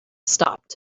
stopped